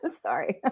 sorry